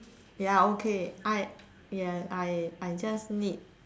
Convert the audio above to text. ya okay I ya I I just need